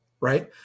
Right